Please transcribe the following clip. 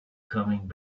coming